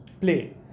play